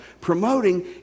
promoting